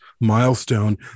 milestone